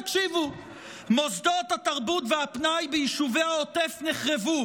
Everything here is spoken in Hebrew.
התקציב הכי גבוה פר תלמיד במדינת ישראל,